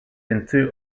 into